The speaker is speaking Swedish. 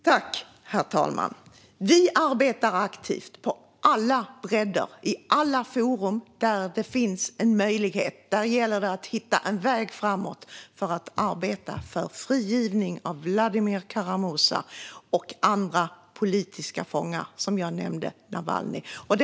Herr talman! Vi arbetar aktivt på alla bredder. I alla forum där det finns en möjlighet gäller det att hitta en väg framåt för att arbeta för frigivning av Vladimir Kara-Murza och andra politiska fångar - jag nämnde tidigare Navalnyj.